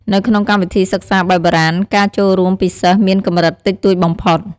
នៅក្នុងកម្មវិធីសិក្សាបែបបុរាណ ការចូលរួមពីសិស្សមានកម្រិតតិចតួចបំផុត។